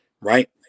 right